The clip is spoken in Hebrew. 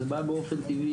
זה בעיה באופן טבעי,